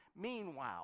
Meanwhile